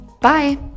Bye